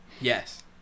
Yes